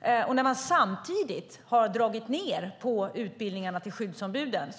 När man samtidigt har dragit ned på utbildningarna för skyddsombuden